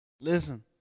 Listen